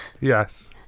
Yes